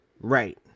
Right